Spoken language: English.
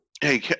Hey